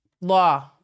law